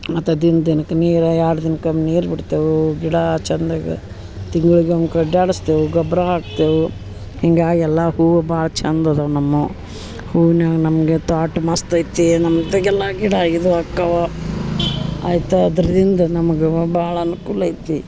ಮತ್ತು ದಿನ ದಿನಕ್ಕೆ ನೀರು ಎರಡು ದಿನಕ್ಕೆ ನೀರು ಬಿಡ್ತೇವೆ ಗಿಡ ಚಂದಗೆ ತಿಂಗಳಿಗೆ ಒಂದು ಕಡ್ಡಿ ಆಡಸ್ತೇವೆ ಗೊಬ್ಬರ ಹಾಕ್ತೇವೆ ಹಿಂಗಾಗಿ ಎಲ್ಲ ಹೂವು ಭಾಳ ಚಂದ ಅದ ನಮ್ಮವು ಹೂವಿನ್ಯಾಗ ನಮಗೆ ತ್ವಾಟ ಮಸ್ತ್ ಐತಿ ನಮ್ದಗೆಲ್ಲ ಗಿಡ ಇದು ಅಕ್ಕಾವ ಆಯಿತಾ ಅದ್ರದಿಂದ ನಮ್ಗೆ ಭಾಳ ಅನ್ಕೂಲ ಐತಿ